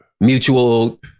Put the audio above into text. mutual